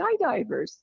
skydivers